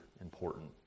important